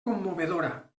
commovedora